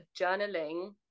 journaling